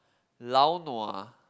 lao-nua